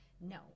No